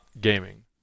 gaming